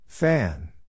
Fan